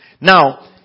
Now